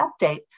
update